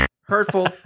Hurtful